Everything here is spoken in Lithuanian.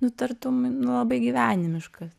nu tartum labai gyvenimiškas